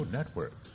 Network